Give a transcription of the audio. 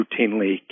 routinely